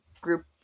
group